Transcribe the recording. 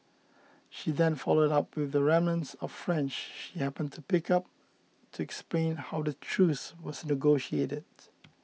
she then followed up with remnants of French she happened to pick up to explain how the truce was negotiated